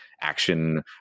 action